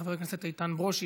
חבר הכנסת איתן ברושי,